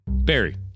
Barry